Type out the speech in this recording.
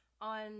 on